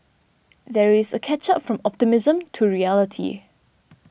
there is a catch up from optimism to reality